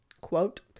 quote